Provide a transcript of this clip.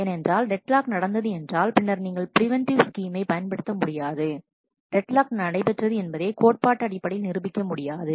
ஏனென்றால் டெட்லாக் நடந்தது என்றால் பின்னர் நீங்கள் பிரிவென்டிவ் ஸ்கீமை பயன்படுத்த முடியாது டெட்லாக் நடைபெற்றது என்பதை கோட்பாடு அடிப்படையில் நிரூபிக்க முடியாது